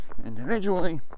individually